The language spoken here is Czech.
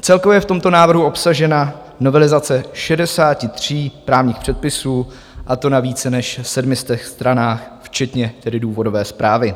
Celkově je v tomto návrhu obsažena novelizace 63 právních předpisů, a to na více než 700 stranách, včetně tedy důvodové zprávy.